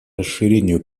расширению